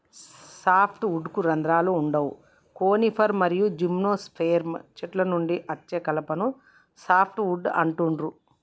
soft వుడ్కి రంధ్రాలు వుండవు కోనిఫర్ మరియు జిమ్నోస్పెర్మ్ చెట్ల నుండి అచ్చే కలపను సాఫ్ట్ వుడ్ అంటుండ్రు